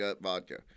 vodka